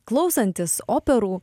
klausantis operų